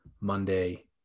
monday